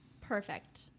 Perfect